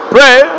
Pray